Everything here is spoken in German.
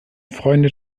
freunde